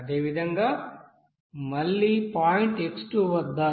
అదేవిధంగా మళ్లీ point x2 వద్ద